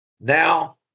now